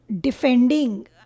defending